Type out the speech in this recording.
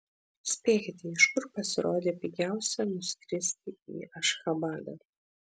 spėkite iš kur pasirodė pigiausia nuskristi į ašchabadą